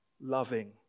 loving